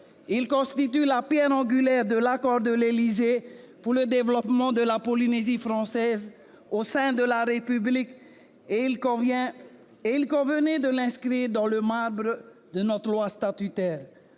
Il constitue la pierre angulaire de l'accord de l'Élysée pour le développement de la Polynésie française au sein de la République, et il convenait de l'inscrire dans le marbre de notre loi statutaire.